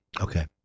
Okay